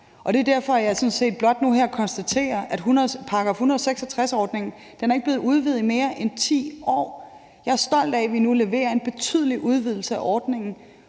Og det er derfor, jeg sådan set blot nu her konstaterer, at § 166-ordningen ikke er blevet udvidet i mere end 10 år. Jeg er stolt af, at vi nu leverer en betydelig udvidelse af ordningen